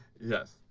Yes